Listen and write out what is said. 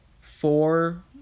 four